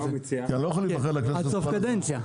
עד סוף קדנציה.